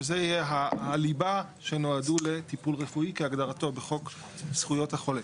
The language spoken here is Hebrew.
שזה יהיה הליבה שנועדו לטיפול רפואי כהגדרתו בחוק זכויות החולה.